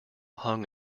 hung